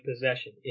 possession